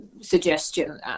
suggestion